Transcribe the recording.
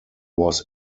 was